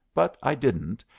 but i didn't,